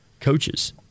coaches